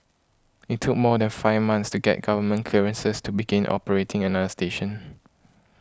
it took more than five months to get government clearances to begin operating another station